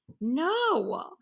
No